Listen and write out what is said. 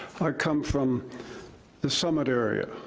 i come from the summit area.